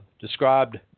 described